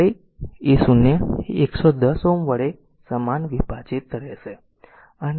R a a0 એ 110 Ω વડે સમાન વિભાજિત રહેશે